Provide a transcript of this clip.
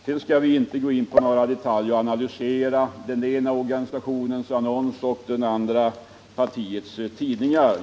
Vi skall inte gå in på detaljer och analysera den ena organisationens annonser eller det andra partiets tidningar.